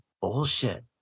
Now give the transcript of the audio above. bullshit